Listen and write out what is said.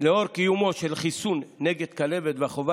לאור קיומו של חיסון נגד כלבת והחובה